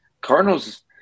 Cardinals